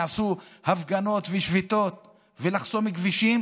הפגנות ושביתות ויחסמו כבישים